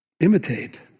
Imitate